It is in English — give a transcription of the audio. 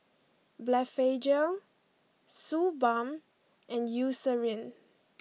Blephagel Suu balm and Eucerin